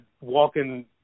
walking